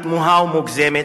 תמוהה ומוגזמת,